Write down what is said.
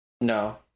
No